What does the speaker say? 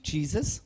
Jesus